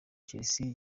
chelsea